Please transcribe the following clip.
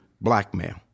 blackmail